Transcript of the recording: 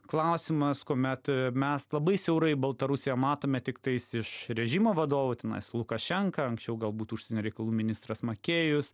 klausimas kuomet mes labai siaurai baltarusiją matome tiktais iš režimo vadovų tenais lukašenka anksčiau galbūt užsienio reikalų ministras makėjus